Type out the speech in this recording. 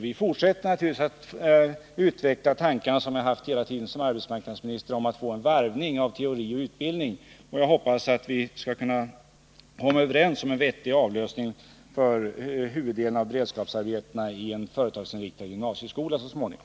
Vi fortsätter naturligtvis att utveckla de tankar jag har haft hela tiden som arbetsmarknadsminister om att få in en varvning av teori och utbildning. Jag hoppas att vi skall kunna komma överens om en vettig avlösning för huvuddelen av beredskapsarbetena i en företagsinriktad gymnasieskola så småningom.